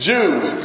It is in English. Jews